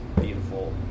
beautiful